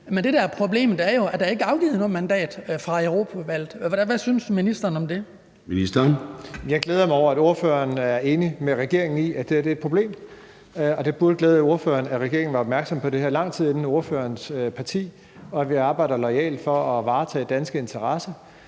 det? Kl. 14:29 Formanden (Søren Gade): Ministeren. Kl. 14:29 Skatteministeren (Jeppe Bruus): Jeg glæder mig over, at ordføreren er enig med regeringen i, at det her er et problem. Og det burde glæde ordføreren, at regeringen var opmærksom på det her lang tid inden ordførerens parti, og at vi arbejder loyalt for at varetage danske interesser.